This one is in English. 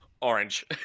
Orange